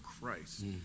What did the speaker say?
Christ